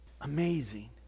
Amazing